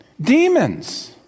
Demons